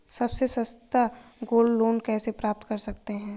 सबसे सस्ता gold loan कैसे प्राप्त कर सकते हैं?